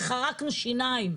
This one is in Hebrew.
וחרקנו שיניים.